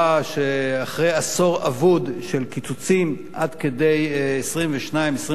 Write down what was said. שאחרי עשור אבוד של קיצוצים עד כדי 22% 23%,